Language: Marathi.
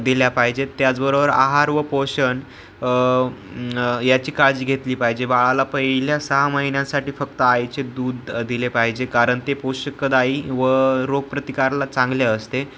दिली पाहिजेत त्याचबरोबर आहार व पोषण याची काळजी घेतली पाहिजे बाळाला पहिल्या सहा महिन्यांसाठी फक्त आईचे दूध दिले पाहिजे कारण ते पोषकदाई व रोगप्रतिकाराला चांगले असते